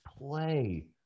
play